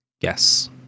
Yes